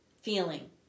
feeling